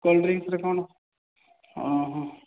କୋଲ୍ଡଡ୍ରିଙ୍କସ୍ରେ କ'ଣ ହଁ ହଁ